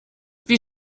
wie